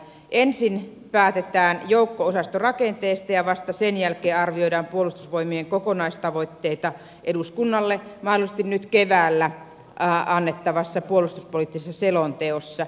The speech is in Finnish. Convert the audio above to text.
ensin päätetään joukko osastorakenteesta ja vasta sen jälkeen arvioidaan puolustusvoimien kokonaistavoitteita eduskunnalle mahdollisesti nyt keväällä annettavassa puolustuspoliittisessa selonteossa